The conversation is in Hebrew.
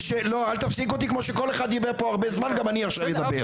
לא אל תפסיק אותי כמו שכל אחד דיבר פה הרבה זמן גם אני עכשיו אדבר.